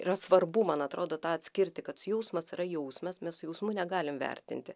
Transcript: yra svarbu man atrodo tą atskirti kad jausmas yra jausmas mes su jausmu negalim vertinti